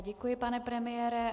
Děkuji, pane premiére.